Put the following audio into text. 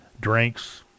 drinks